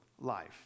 life